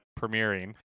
premiering